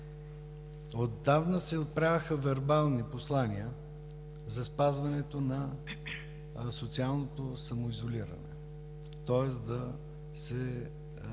Отдавна се отправяха вербални послания за спазването на социалното самоизолиране, тоест хората